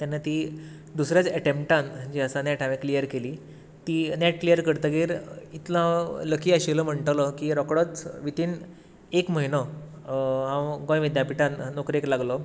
तेन्ना ती दुसऱ्याच एटेंप्टान जी आसा नेट हांवेन क्लियर केली ती नेट क्लियर करतगीर इतलो लकी आशिल्लो म्हणटलो की रोखडोच विदीन एक म्हयनो हांव गोंय विद्यापीठांत नोकरेक लागलो